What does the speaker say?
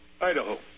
Idaho